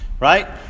Right